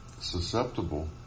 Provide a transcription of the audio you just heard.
Susceptible